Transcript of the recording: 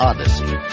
Odyssey